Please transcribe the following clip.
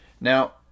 Now